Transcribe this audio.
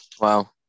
Wow